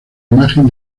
imagen